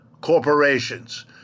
corporations